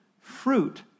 fruit